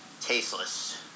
tasteless